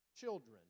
children